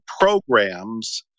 programs